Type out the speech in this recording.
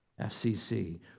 FCC